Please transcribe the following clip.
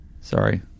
Sorry